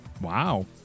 Wow